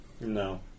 No